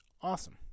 awesome